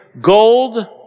Gold